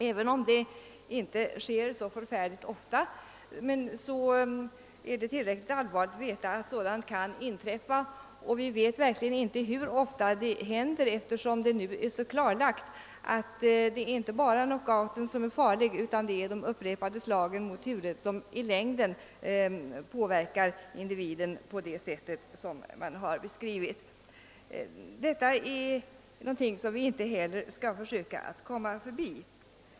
Även om sådana olyckor inte inträffar så ofta, är det tillräckligt allvarligt att veta att sådant kan inträffa. Vi vet inte hur ofta det händer, eftersom det nu är klarlagt att det inte bara är knockouten som är farlig, utan upprepade slag mot huvudet påverkar i längden individen på det sätt som man har beskrivit. Detta är någonting som vi inte heller skall försöka komma förbi.